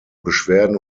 beschwerden